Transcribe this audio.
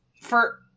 for-